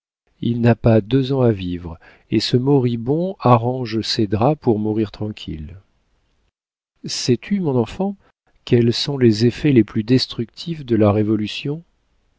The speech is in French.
il n'a pas deux ans à vivre et ce moribond arrange ses draps pour mourir tranquille sais-tu mon enfant quels sont les effets les plus destructifs de la révolution